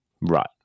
Right